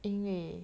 因为